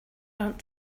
aren’t